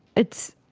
it's,